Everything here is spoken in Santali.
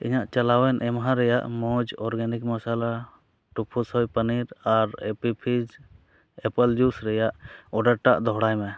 ᱤᱧᱟᱹᱜ ᱪᱟᱞᱟᱣᱮᱱ ᱮᱢᱦᱟ ᱨᱮᱭᱟᱜ ᱢᱚᱡᱽ ᱚᱨᱜᱟᱱᱤᱠ ᱢᱚᱥᱚᱞᱟ ᱴᱚᱯᱩᱥᱚᱭ ᱯᱚᱱᱤᱨ ᱟᱨ ᱮᱯᱤᱯᱤᱡᱽ ᱟᱯᱮᱞ ᱡᱩᱥ ᱚᱰᱟᱨ ᱴᱟᱜ ᱫᱚᱦᱲᱟᱭ ᱢᱮ